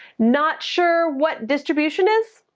not sure what distribution is,